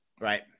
Right